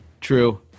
True